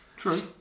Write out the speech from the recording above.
True